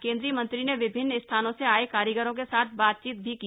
केंद्रीय मंत्री ने विभिन्न स्थानों से आए कारीगरों के साथ बातचीत भी की